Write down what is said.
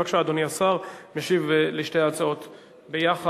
בבקשה, אדוני השר משיב על שתי ההצעות יחד.